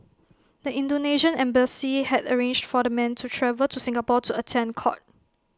the Indonesian embassy had arranged for the men to travel to Singapore to attend court